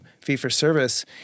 fee-for-service